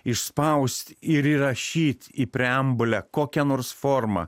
išspaust ir įrašyt į preambulę kokia nors forma